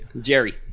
Jerry